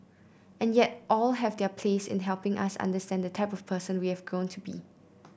and yet all have their place in helping us understand the type of person we have grown to be